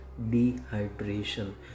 dehydration